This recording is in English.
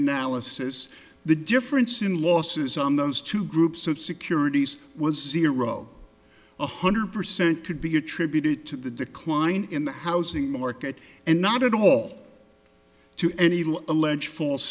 analysis the difference in losses on those two groups of securities was zero one hundred percent could be attributed to the decline in the housing market and not at all to any law allege false